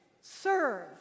serve